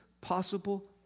possible